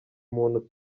muntu